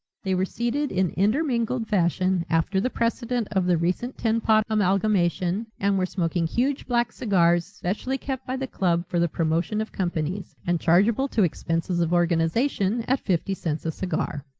they were seated in intermingled fashion after the precedent of the recent tin pot amalgamation and were smoking huge black cigars specially kept by the club for the promotion of companies and chargeable to expenses of organization at fifty cents a cigar.